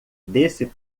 desse